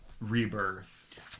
rebirth